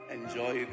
enjoy